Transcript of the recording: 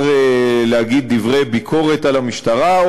להגיד דברי ביקורת על המשטרה,